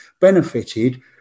benefited